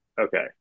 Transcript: Okay